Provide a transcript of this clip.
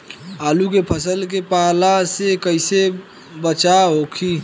आलू के फसल के पाला से कइसे बचाव होखि?